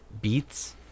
beats